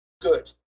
good